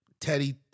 Teddy